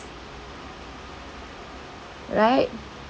right